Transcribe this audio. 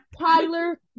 Tyler